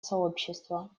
сообщества